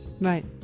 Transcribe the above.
Right